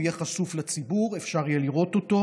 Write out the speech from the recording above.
הוא יהיה חשוף לציבור ואפשר יהיה לראות אותו,